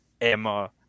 Emma